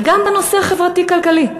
וגם בנושא החברתי-כלכלי,